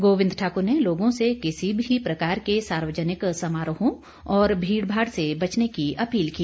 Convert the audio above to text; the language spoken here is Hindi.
गोविंद ठाकुर ने लोगों से किसी भी प्रकार के सार्वजनिक समारोहों और भीड़भाड़ से बचने की अपील की